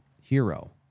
hero